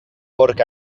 porc